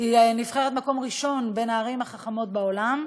נבחרת במקום הראשון בין הערים החכמות בעולם,